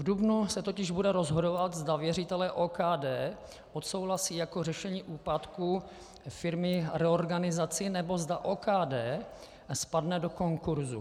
V dubnu se totiž bude rozhodovat, zda věřitelé OKD odsouhlasí jako řešení úpadku firmy reorganizaci, nebo zda OKD spadne do konkurzu.